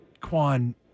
Kwan